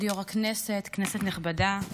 כבוד היושב-ראש, כנסת נכבדה,